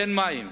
אין מים.